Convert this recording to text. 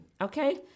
Okay